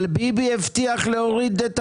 אבל ביבי הבטיח להוריד את המע"מ.